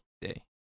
day